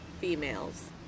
females